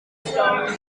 stars